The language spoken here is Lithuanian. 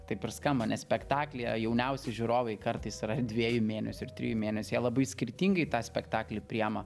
taip ir skamba nes spektaklyje jauniausi žiūrovai kartais yra ir dviejų mėnesių ir trijų mėnesių jie labai skirtingai tą spektaklį priema